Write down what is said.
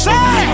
Say